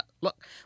Look